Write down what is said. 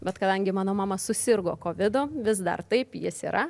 bet kadangi mano mama susirgo kovidu vis dar taip jis yra